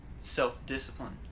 self-discipline